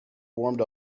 warmed